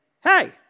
hey